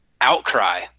outcry